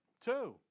Two